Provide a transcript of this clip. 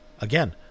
again